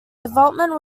development